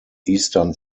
eastern